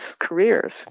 careers